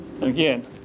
again